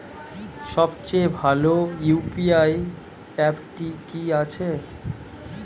সবচেয়ে ভালো ইউ.পি.আই অ্যাপটি কি আছে?